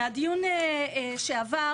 מהדיון שעבר,